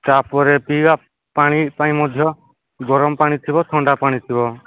ତା'ପରେ ପିଇବା ପାଣି ପାଇଁ ମଧ୍ୟ ଗରମ ପାଣି ଥିବ ଥଣ୍ଡା ପାଣି ଥିବ